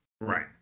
Right